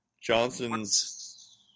Johnson's